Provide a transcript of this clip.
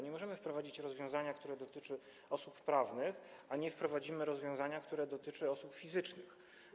Nie możemy bowiem wprowadzić rozwiązania, które dotyczy osób prawnych, kiedy nie wprowadzimy rozwiązania, które dotyczy osób fizycznych.